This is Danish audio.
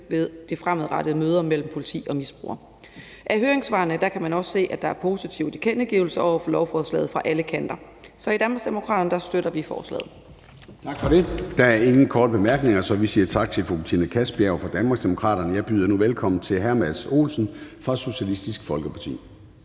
ved de fremadrettede møder mellem politi og misbrugere. Af høringssvarene kan man også se, at der er positive tilkendegivelser over for lovforslaget fra alle kanter. Så i Danmarksdemokraterne støtter vi forslaget.